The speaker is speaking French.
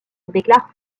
déclare